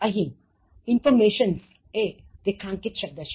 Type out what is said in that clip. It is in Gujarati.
અહીં Informations એ રેખાંકિત શબ્દ છે